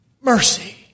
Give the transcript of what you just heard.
Mercy